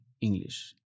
English